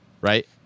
right